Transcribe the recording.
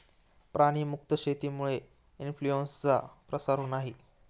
प्राणी मुक्त शेतीमुळे इन्फ्लूएन्झाचा प्रसार होत नाही